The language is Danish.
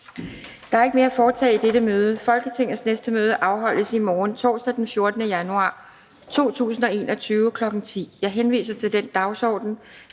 Der er ikke mere at foretage i dette møde. Folketingets næste møde afholdes i morgen, torsdag den 14. januar 2021, kl. 10.00. Jeg henviser til den dagsorden,